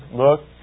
look